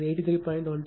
2 angle 83